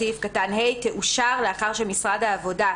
סעיף קטן (ה) תאושר לאחר שמשרד העבודה,